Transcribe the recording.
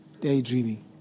daydreaming